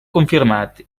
confirmat